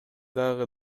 дагы